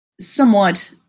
somewhat